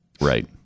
Right